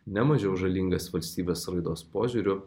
ne mažiau žalingas valstybės raidos požiūriu